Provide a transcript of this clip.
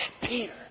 Peter